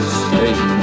stay